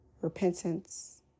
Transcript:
repentance